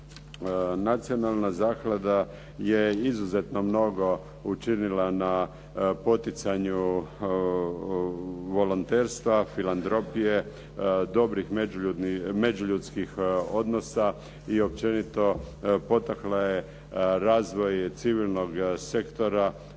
Nacionalna zaklada je izuzetno mnogo učinila na poticanju volonterstva, filandropije, dobrih međuljudskih odnosa i općenito potakla je razvoj civilnog sektora